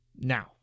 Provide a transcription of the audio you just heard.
Now